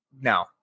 no